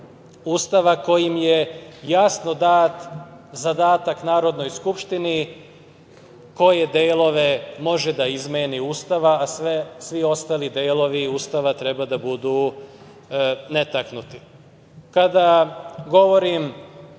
Ustava, kojim je jasno dat zadatak Narodnoj skupštini koje delove može da izmeni Ustava, a svi ostali delovi Ustava treba da budu netaknuti. Kada govorim